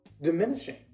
diminishing